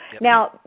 Now